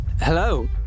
Hello